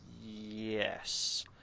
Yes